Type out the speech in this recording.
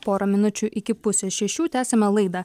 pora minučių iki pusės šešių tęsiame laidą